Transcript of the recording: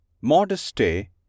modesty